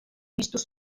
vistos